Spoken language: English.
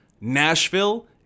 Nashville